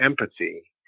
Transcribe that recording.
empathy